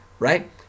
Right